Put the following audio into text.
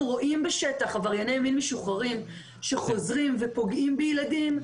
אנחנו רואים בשטח עברייני מין משוחררים שחוזרים ופוגעים בילדים,